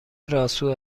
راسو